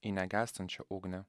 į negęstančią ugnį